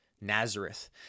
Nazareth